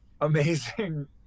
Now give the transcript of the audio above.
amazing